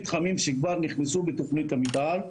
שכבר נכנסו בתוכנית המתאר,